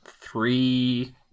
three